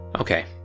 Okay